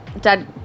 dad